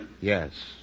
Yes